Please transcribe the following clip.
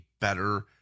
better